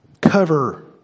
Cover